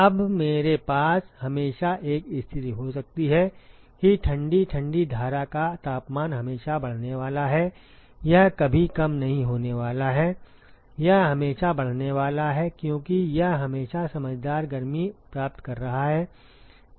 अब मेरे पास हमेशा एक स्थिति हो सकती है कि ठंडी ठंडी धारा का तापमान हमेशा बढ़ने वाला है यह कभी कम नहीं होने वाला है यह हमेशा बढ़ने वाला है क्योंकि यह हमेशा समझदार गर्मी प्राप्त कर रहा है